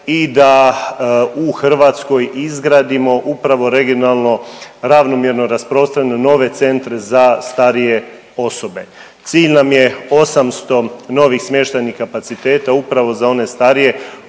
i da u Hrvatskoj izgradimo upravo regionalno ravnomjerno rasprostranjene nove centre za starije osobe. Cilj nam je 800 novih smještajnih kapaciteta upravo za one starije